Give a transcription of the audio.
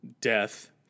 Death